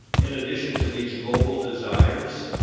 in addition to these global desires,